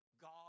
god